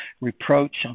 reproach